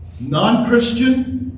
Non-Christian